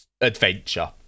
adventure